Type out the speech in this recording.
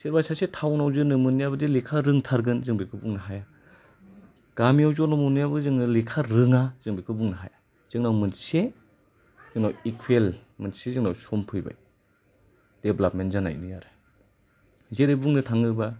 सोरबा सासे टाउनाव जोनोम मोननायाबो'दि लेखा रोंथारगोन जों बेखौ बुंनो हाया गामियाव जोनोम मोननायाबो लेखा रोङा जों बेखौ बुंनो हाया जोंनाव मोनसे जोंनाव इकुवेल मोनसे जोंनाव सम फैबाय डेभ्लापमेन्ट जानायनि आरो जेरै बुंनो थाङोबा